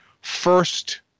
first